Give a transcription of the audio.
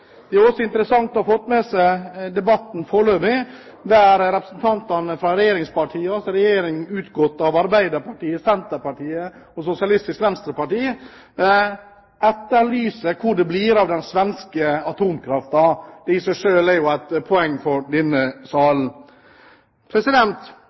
Det har også vært interessant å ha fått med seg debatten foreløpig, at representantene fra regjeringspartiene, altså en regjering utgått fra Arbeiderpartiet, Senterpartiet og Sosialistisk Venstreparti, etterlyser hvor det blir av den svenske atomkraften. Det i seg selv er jo et poeng for denne